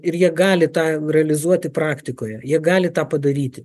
ir jie gali tą realizuoti praktikoje jie gali tą padaryti